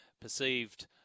perceived